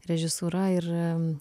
režisūra ir